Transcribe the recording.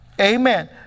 Amen